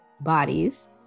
bodies